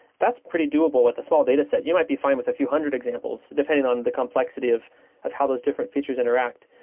that's pretty doable with a small dataset. you might be fine with a few hundred examples depending on the complexity of of how those different features interact.